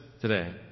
today